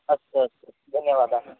अस्तु अस्तु धन्यवादाः